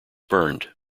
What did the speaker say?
burned